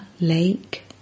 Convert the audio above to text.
lake